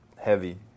Heavy